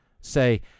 say